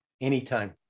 Anytime